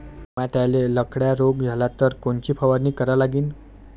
टमाट्याले लखड्या रोग झाला तर कोनची फवारणी करा लागीन?